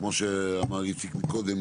כמו שאמר איציק מקודם,